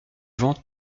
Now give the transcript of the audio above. vent